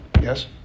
Yes